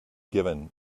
given